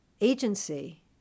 agency